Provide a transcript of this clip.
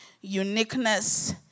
uniqueness